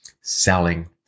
selling